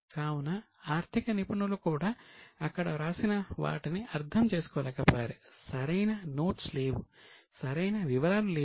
కావున ఆర్థిక నిపుణులు కూడా అక్కడ వ్రాసిన వాటిని అర్థం చేసుకోలేకపోయారు సరైన నోట్స్ లేవు సరైన వివరాలు లేవు